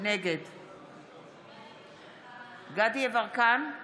נגד דסטה גדי יברקן,